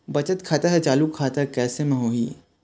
बचत खाता हर चालू खाता कैसे म होही?